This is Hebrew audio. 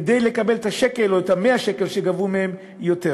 כדי לקבל את 200 השקל או את 100 השקל שגבו מהם יותר.